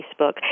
Facebook